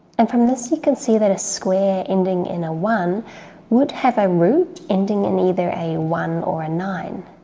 and from this you can see that a square ending in a one would have a root ending in either a one or a nine.